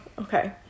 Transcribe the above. Okay